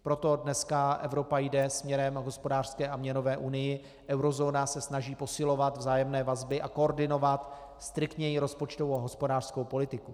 Proto dneska Evropa jde směrem k hospodářské a měnové unii, eurozóna se snaží posilovat vzájemné vazby a koordinovat striktněji rozpočtovou a hospodářskou politiku.